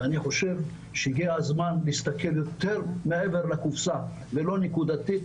אני חושב שהגיע הזמן להסתכל מעבר לקופסה ולא נקודתית,